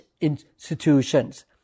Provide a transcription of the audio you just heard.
institutions